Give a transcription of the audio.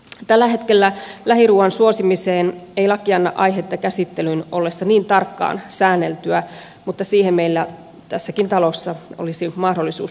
tällä hetkellä lähiruuan suosimiseen ei laki anna aihetta käsittelyn ollessa niin tarkkaan säänneltyä mutta siihen meillä tässäkin talossa olisi mahdollisuus puuttua